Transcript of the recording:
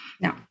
No